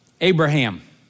Abraham